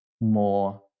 more